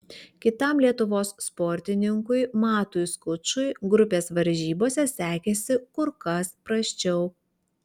kitam lietuvos sportininkui matui skučui grupės varžybose sekėsi kur kas prasčiau